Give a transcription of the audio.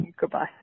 Goodbye